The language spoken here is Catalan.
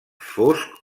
fosc